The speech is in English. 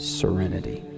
serenity